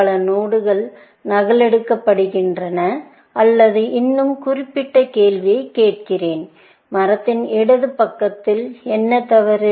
பல நோடுகள் நகலெடுக்கப்படுகின்றன அல்லது இன்னும் குறிப்பிட்ட கேள்வியைக் கேட்கிறேன் மரத்தின் இடது பக்கத்தில் என்ன தவறு